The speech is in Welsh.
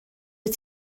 wyt